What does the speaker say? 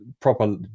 proper